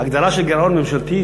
הגדרה של גירעון ממשלתי,